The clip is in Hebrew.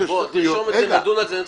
תרשום את זה ונדון בזה.